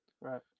Right